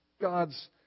God's